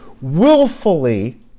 willfully